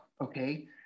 okay